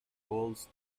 calls